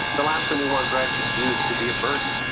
the last thing we want gratitude to do is to be a burden.